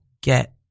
get